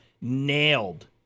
nailed